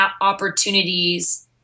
opportunities